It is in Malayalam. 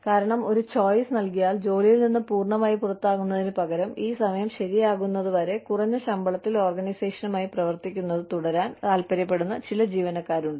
കാരണം ഒരു ചോയ്സ് നൽകിയാൽ ജോലിയിൽ നിന്ന് പൂർണമായി പുറത്താകുന്നതിനുപകരം ഈ സമയം ശരിയാകുന്നതുവരെ കുറഞ്ഞ ശമ്പളത്തിൽ ഓർഗനൈസേഷനുമായി പ്രവർത്തിക്കുന്നത് തുടരാൻ താൽപ്പര്യപ്പെടുന്ന ചില ജീവനക്കാരുണ്ട്